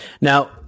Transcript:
now